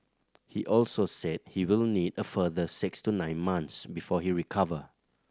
he also said he will need a further six to nine months before he recover